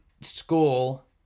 school